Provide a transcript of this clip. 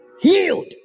Healed